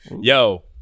Yo